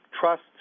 trust